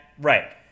right